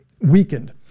weakened